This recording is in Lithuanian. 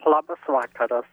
labas vakaras